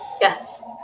Yes